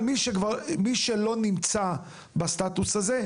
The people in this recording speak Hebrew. אני מדבר על מי שלא נמצא בסטטוס הזה,